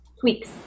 Tweaks